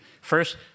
First